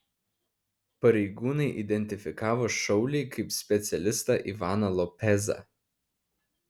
pareigūnai identifikavo šaulį kaip specialistą ivaną lopezą